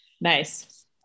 Nice